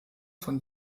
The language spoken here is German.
von